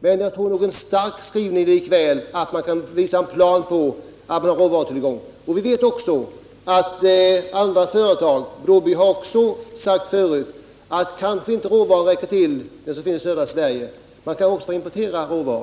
men jag tror att det är viktigt med en stark skrivning, som innebär att företaget kan visa en plan beträffande råvarutillgången. Jag vet att både Broby och andra företag har sagt tidigare att råvaran i södra Sverige kanske inte räcker till och att man eventuellt också måste importera råvara.